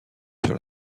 sur